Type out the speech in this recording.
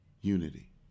unity